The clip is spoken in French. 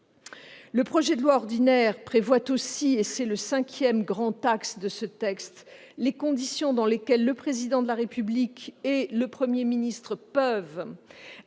Le projet de loi ordinaire prévoit aussi, et c'est le cinquième grand axe de ce texte, les conditions dans lesquelles le Président de la République et le Premier ministre peuvent,